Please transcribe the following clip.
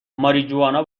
ماریجوانا